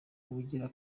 ubugira